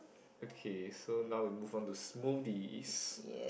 okay so now we move on to smoothies